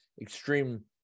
extreme